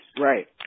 Right